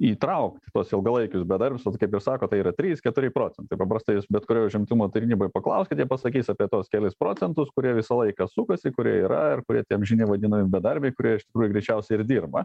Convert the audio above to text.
įtraukt tuos ilgalaikius bedarbius vat kaip ir sakot tai yra trys keturi procentai paprastai jūs bet kurioj užimtumo tarnyboj paklauskit jie pasakys apie tuos kelis procentus kurie visą laiką sukasi kurie yra ir kurie tie amžini vadinami bedarbiai kurie iš tikrųjų greičiausiai ir dirba